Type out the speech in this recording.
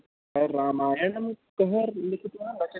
रामायणं कः लिखितवान् रचितवान्